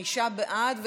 חמישה בעד,